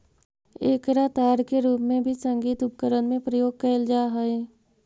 एकरा तार के रूप में भी संगीत उपकरण में प्रयोग कैल जा हई